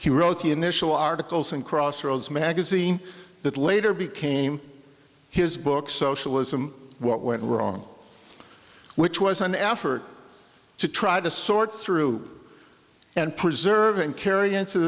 he wrote the initial articles in crossroads magazine that later became his book socialism what went wrong which was an effort to try to sort through and preserve and carry into